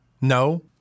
No